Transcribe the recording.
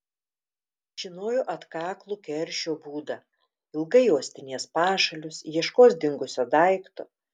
žinojo atkaklų keršio būdą ilgai uostinės pašalius ieškos dingusio daikto